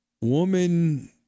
woman